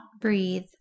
breathe